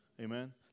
Amen